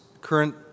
current